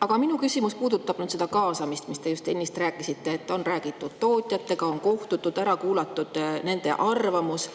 Aga minu küsimus puudutab kaasamist, millest te ennist rääkisite, et on räägitud tootjatega, on kohtutud ja ära kuulatud nende arvamus.